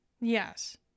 Yes